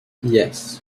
yes